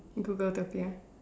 Google topic